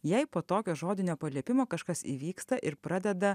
jei po tokio žodinio paliepimo kažkas įvyksta ir pradeda